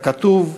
ככתוב: